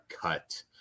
cut